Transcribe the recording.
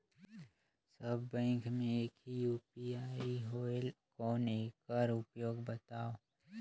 सब bank मे एक ही यू.पी.आई होएल कौन एकर उपयोग बताव?